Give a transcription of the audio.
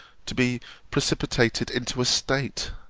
to be precipitated into a state,